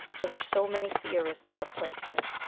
in which so many theorists have placed him.